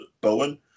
Bowen